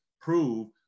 prove